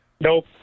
nope